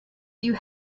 you